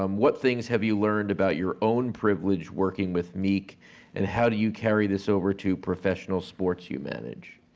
um what things have you learned about your own privilege working with meek and how do you carry this over to professional sports you manage?